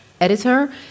editor